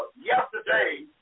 yesterday